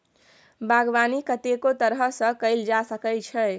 बागबानी कतेको तरह सँ कएल जा सकै छै